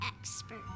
expert